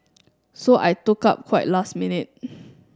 so I took up quite last minute